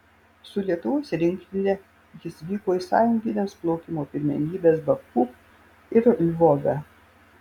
su lietuvos rinktine jis vyko į sąjungines plaukimo pirmenybes baku ir lvove